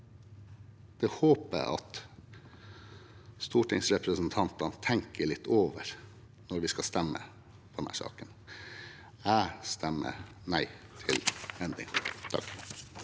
Det håper jeg at stortingsrepresentantene tenker litt over når vi skal stemme over denne saken. Jeg stemmer nei til endringen.